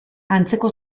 antzeko